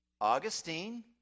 Augustine